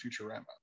Futurama